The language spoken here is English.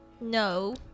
No